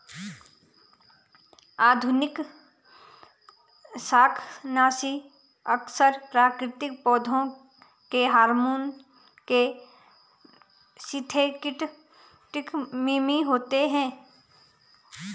आधुनिक शाकनाशी अक्सर प्राकृतिक पौधों के हार्मोन के सिंथेटिक मिमिक होते हैं